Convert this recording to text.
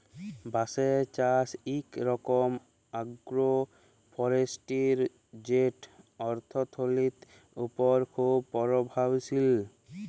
বাঁশের চাষ ইক রকম আগ্রো ফরেস্টিরি যেট অথ্থলিতির উপর খুব পরভাবশালী